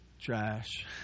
trash